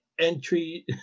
entry